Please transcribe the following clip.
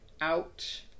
out